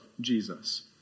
Jesus